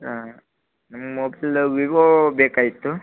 ಹಾಂ ನಮ್ಗೆ mobile Vivo ಬೇಕಾಗಿತ್ತು